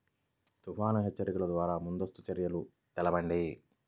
తుఫాను హెచ్చరికల ద్వార ముందస్తు చర్యలు తెలపండి?